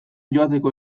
joateko